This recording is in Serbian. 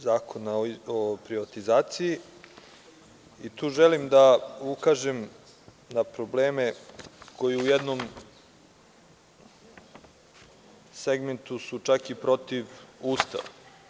Zakona o privatizaciji i tu želim da ukažem na probleme koji su u jednom segmentu čak i protiv Ustava.